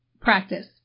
practice